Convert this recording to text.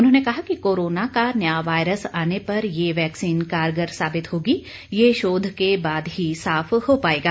उन्होंने कहा कि कोरोना का नया वायरस आने पर ये वैक्सीन कारगर साबित होगी यह शोध के बाद ही साफ हो पाएगा